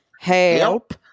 Help